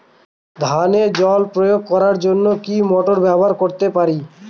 ধানে জল প্রয়োগ করার জন্য কি মোটর ব্যবহার করতে পারি?